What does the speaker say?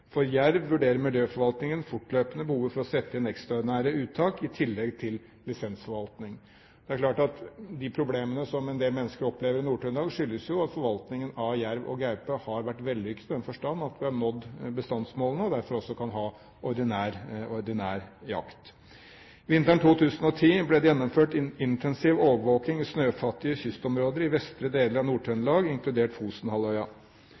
For jerv vurderer miljøforvaltningen fortløpende behovet for å sette inn ekstraordinære uttak i tillegg til lisensforvaltning. Det er klart at de problemene som en del mennesker opplever i Nord-Trøndelag, skyldes at forvaltningen av jerv og gaupe har vært vellykket i den forstand at vi har nådd bestandsmålene, og derfor også kan ha ordinær jakt. Vinteren 2010 ble det gjennomført intensiv overvåking i snøfattige kystområder i vestre deler av Nord-Trøndelag, inkludert Fosenhalvøya.